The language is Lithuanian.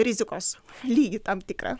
rizikos lygį tam tikrą